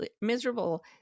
miserable